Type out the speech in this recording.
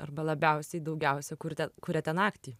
arba labiausiai daugiausia kurte kuriate naktį